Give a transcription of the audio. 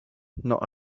not